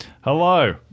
hello